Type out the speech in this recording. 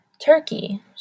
Turkey